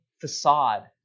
facade